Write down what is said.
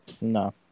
No